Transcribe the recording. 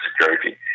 Security